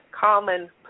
common